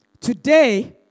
today